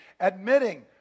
admitting